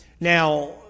Now